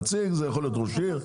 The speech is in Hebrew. נציג זה יכול להיות ראש עיר,